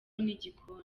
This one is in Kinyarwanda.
n’igikoni